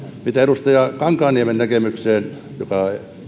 mitä tulee edustaja kankaanniemen näkemykseen joka